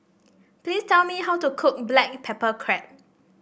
please tell me how to cook Black Pepper Crab